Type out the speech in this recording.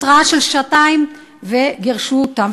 התרעה של שעתיים וגירשו אותם,